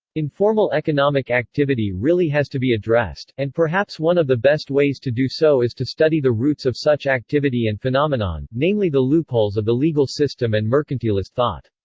informal economic activity really has to be addressed, and perhaps one of the best ways to do so is to study the roots of such activity and phenomenon, namely the loopholes of the legal system and mercantilist thought.